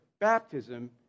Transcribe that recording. baptism